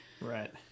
Right